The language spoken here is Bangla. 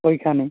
ওইখানেই